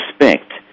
respect